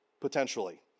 potentially